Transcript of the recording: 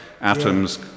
atoms